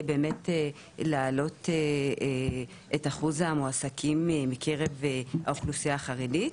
להעלות את אחוז המועסקים מקרב האוכלוסייה החרדית.